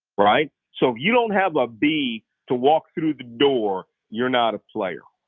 right? so you don't have a b to walk through the door, you're not a player.